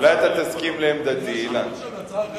אני רשום עכשיו להצעה אחרת.